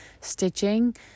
stitching